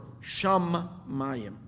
Shamayim